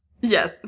Yes